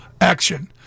action